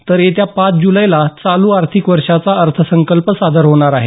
तर येत्या पाच जुलैला चालू आर्थिक वर्षाचा अर्थसंकल्प सादर होणार आहे